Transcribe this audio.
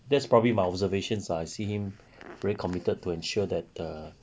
that's probably my observations ah I see him very committed to ensure that the